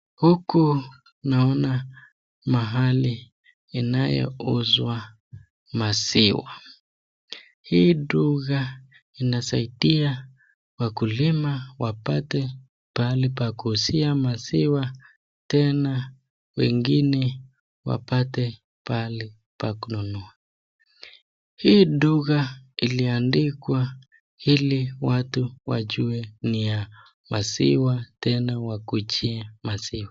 Huku naona mahali inayouzwa maziwa. Hii duka inasaidia wakulima wapate pale pa kuuzia maziwa tena wengine wapate pale pa kununua. Hii duka iliandikwa ili watu wajue ni ya maziwa tena wa kujia maziwa.